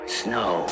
snow